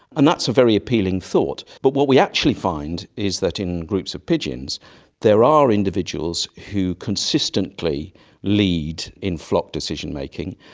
and that's a very appealing thought. but what we actually find is that in groups of pigeons there are individuals who consistently lead in flock decision-making,